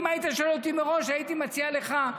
אם היית שואל אותי מראש הייתי מציע לך,